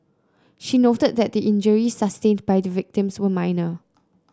she noted that the injuries sustained by the victims were minor